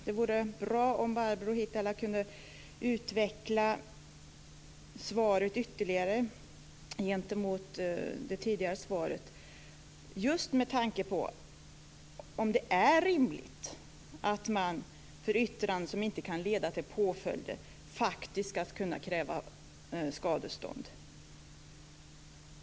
Det vore bra om Barbro Hietala Nordlund kunde utveckla svaret ytterligare mot bakgrund av det tidigare svaret, just med tanke på frågan om det är rimligt att man för yttranden som inte kan leda till påföljder faktiskt ska kunna kräva skadestånd.